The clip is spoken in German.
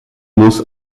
muss